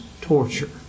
torture